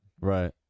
Right